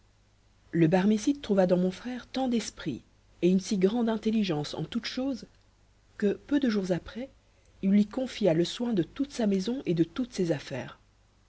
le barmécide trouva dans mon frère tant d'esprit et une si grande intelligence en toutes choses que peu de jours après il lui confia le soin de toute sa maison et de toutes ses affaires